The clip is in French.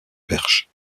perche